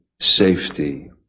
safety